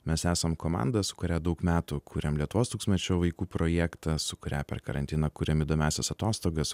mes esam komanda su kuria daug metų kuriam lietuvos tūkstantmečio vaikų projektą su kuria per karantiną kuriam įdomiąsias atostogas